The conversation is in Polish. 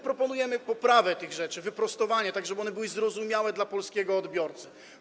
Proponujemy poprawę tych rzeczy, wyprostowanie, żeby one były zrozumiałe dla polskiego odbiorcy.